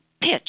Pitch